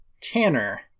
Tanner